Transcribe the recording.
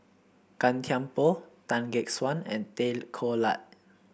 Gan Thiam Poh Tan Gek Suan and Tay Koh